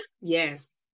Yes